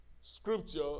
scripture